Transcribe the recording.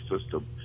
system